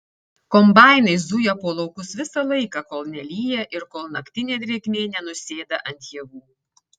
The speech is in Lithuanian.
kombainai zuja po laukus visą laiką kol nelyja ir kol naktinė drėgmė nenusėda ant javų